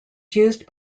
used